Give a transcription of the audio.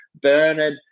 Bernard